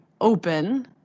open